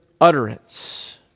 utterance